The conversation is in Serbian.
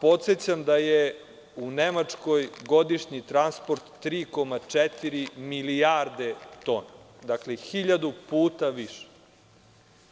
Podsećam da je godišnji transport u Nemačkoj 3,4 milijarde tona, dakle, hiljadu puta više,